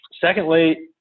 Secondly